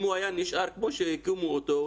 אם הוא היה נשאר כמו שהקימו אותו,